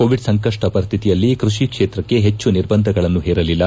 Covid ಸಂಕಷ್ಟ ಪರಿಶ್ಶಿತಿಯಲ್ಲಿ ಕೃಷಿ ಕ್ಷೇತ್ರಕ್ಕೆ ಪೆಚ್ಚು ನಿರ್ಬಂಧಗಳನ್ನು ಪೇರಲಿಲ್ಲ